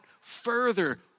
further